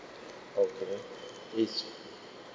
okay is